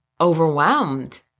overwhelmed